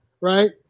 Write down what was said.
right